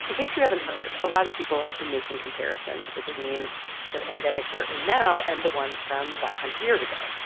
case you haven't heard, a lot of people have been making comparisons between the pandemic we're in now and the one from about a hundred years ago,